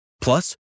Plus